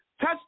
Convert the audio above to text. Touch